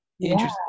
interesting